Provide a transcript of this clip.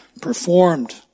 performed